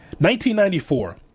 1994